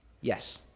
Yes